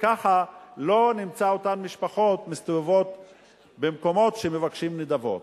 וככה לא נמצא את אותן משפחות מסתובבות במקומות שמבקשים נדבות,